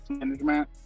management